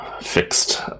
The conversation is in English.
fixed